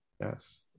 Yes